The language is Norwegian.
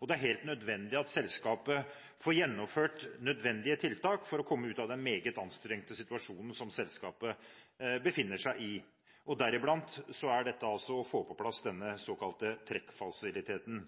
og det er helt nødvendig at selskapet får gjennomført nødvendige tiltak for å komme ut av den meget anstrengte situasjonen som det befinner seg i, deriblant å få på plass denne såkalte trekkfasiliteten.